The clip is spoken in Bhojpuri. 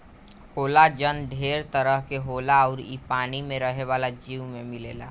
कोलाजन ढेर तरह के होला अउर इ पानी में रहे वाला जीव में मिलेला